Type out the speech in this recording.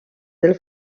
del